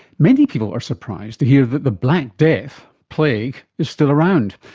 many people are surprised to hear that the black death plague is still around.